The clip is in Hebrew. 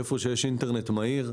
היכן שיש אינטרנט מהיר,